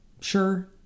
Sure